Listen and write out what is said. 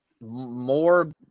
more